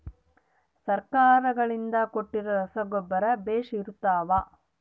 ಸರ್ಕಾರಗಳಿಂದ ಕೊಟ್ಟಿರೊ ರಸಗೊಬ್ಬರ ಬೇಷ್ ಇರುತ್ತವಾ?